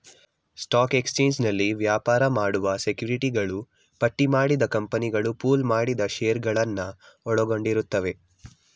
stock ಎಕ್ಸ್ಚೇಂಜ್ನಲ್ಲಿ ವ್ಯಾಪಾರ ಮಾಡುವ ಸೆಕ್ಯುರಿಟಿಗಳು ಪಟ್ಟಿಮಾಡಿದ ಕಂಪನಿಗಳು ಪೂಲ್ ಮಾಡಿದ ಶೇರುಗಳನ್ನ ಒಳಗೊಂಡಿರುತ್ತವೆ